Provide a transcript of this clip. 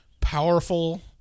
powerful